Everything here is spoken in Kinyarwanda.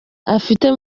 afite